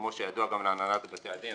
כמו שידוע להנהלת בתי הדין,